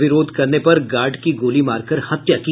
विरोध करने पर गार्ड की गोली मारकर हत्या की